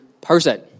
person